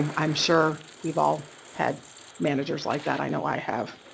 um i'm sure we've all had managers like that, i know i have.